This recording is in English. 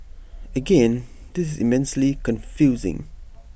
again this is immensely confusing